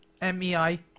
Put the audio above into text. M-E-I